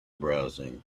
browsing